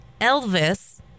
Elvis